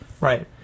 right